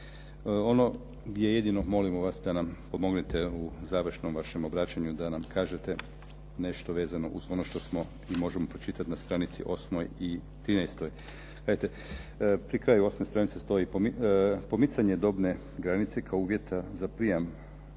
Ono gdje jedino molimo vas da nam pomognete u završnom vašem obraćanju da nam kažete nešto vezano uz ono što smo i možemo pročitati na stranici 8. i 13. Gledajte, pri kraju 8. stranice stoji, pomicanje dobne granice kao uvjeta za prijam